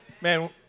Man